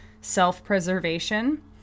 self-preservation